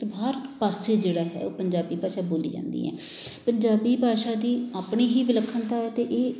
ਹਰ ਪਾਸੇ ਜਿਹੜਾ ਹੈ ਉਹ ਪੰਜਾਬੀ ਭਾਸ਼ਾ ਬੋਲੀ ਜਾਂਦੀ ਹੈ ਪੰਜਾਬੀ ਭਾਸ਼ਾ ਦੀ ਆਪਣੀ ਹੀ ਵਿਲੱਖਣਤਾ ਹੈ ਅਤੇ ਇਹ